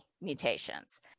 mutations